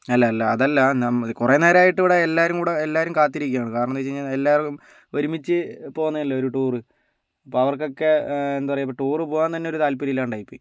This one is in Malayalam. അല്ല അല്ല അതല്ല കുറേ നേരമായിട്ട് ഇവിടെ എല്ലാവരും കൂടി എല്ലാവരും കാത്തിരിക്കുകയാണ് കാരണം എന്തെന്ന് വച്ചു കഴിഞ്ഞാൽ എല്ലാവരും ഒരുമിച്ച് പോകുന്നയല്ലേ ഒരു ടൂർ അപ്പോൾ അവർക്കൊക്കെ എന്താ പറയുക ഇപ്പോൾ ടൂർ പോകുവാൻ തന്നെ ഒരു താല്പര്യം ഇല്ലാണ്ടായിപ്പോയി